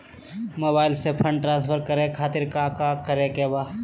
Mobile से fund transfer खातिर काका करे के बा?